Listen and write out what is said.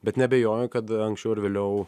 bet neabejoju kad anksčiau ar vėliau